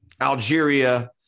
Algeria